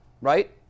right